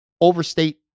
overstate